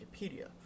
Wikipedia